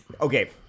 Okay